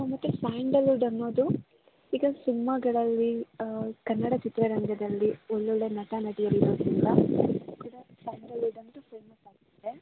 ಹಾಂ ಮತ್ತು ಸ್ಯಾಂಡಲ್ವುಡ್ ಅನ್ನೋದು ಈಗ ಸಿನ್ಮಾಗಳಲ್ಲಿ ಕನ್ನಡ ಚಿತ್ರರಂಗದಲ್ಲಿ ಒಳ್ಳೊಳ್ಳೆಯ ನಟ ನಟಿಯರು ಇರೋದರಿಂದ ಸ್ಯಾಂಡಲ್ವುಡ್ ಅಂತ ಫೇಮಸ್ಸಾಗಿದೆ